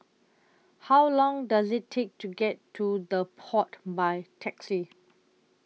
How Long Does IT Take to get to The Pod By Taxi